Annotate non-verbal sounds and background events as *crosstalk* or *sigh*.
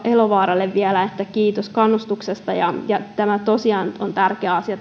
elovaaralle vielä kiitos kannustuksesta tämä demokratian edistäminen tosiaan on tärkeä asia *unintelligible*